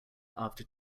after